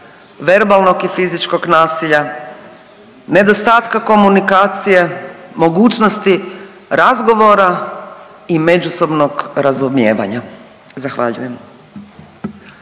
verbalnog i fizičkog nasilja, nedostatka komunikacije, mogućnosti razgovora i međusobnog razumijevanja. Zahvaljujem.